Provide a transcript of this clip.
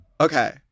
Okay